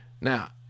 Now